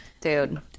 Dude